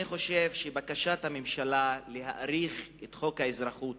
אני חושב שבקשת הממשלה להאריך את תוקף חוק האזרחות